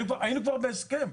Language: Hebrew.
היינו כבר בהסכם.